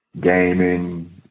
gaming